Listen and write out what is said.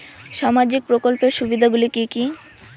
সামাজিক প্রকল্পের সুবিধাগুলি কি কি?